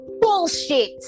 Bullshit